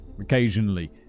occasionally